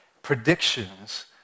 predictions